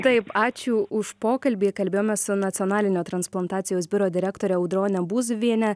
taip ačiū už pokalbį kalbėjome su nacionalinio transplantacijos biuro direktore audrone būziuviene